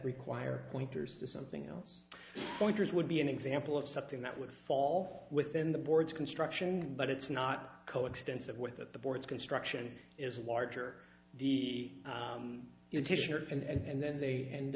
require pointers to something else pointers would be an example of something that would fall within the board's construction but it's not coextensive with that the board's construction is larger the and then they and